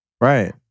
right